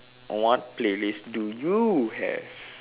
what playlist do you have